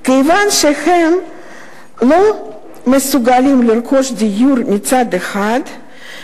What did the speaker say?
מכיוון שהם לא מסוגלים לרכוש דיור מצד אחד,